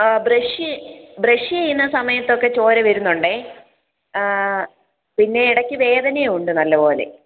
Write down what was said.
ആ brush brush ചെയ്യുന്ന സമയത്തൊക്കെ ചോര വരുന്നുണ്ടെ പിന്നെ ഇടക്ക് വേദനേം ഉണ്ട് നല്ലപോലെ